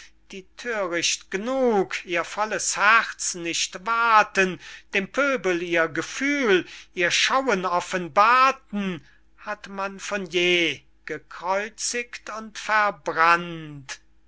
die thöricht g'nug ihr volles herz nicht wahrten dem pöbel ihr gefühl ihr schauen offenbarten hat man von je gekreutzigt und verbrannt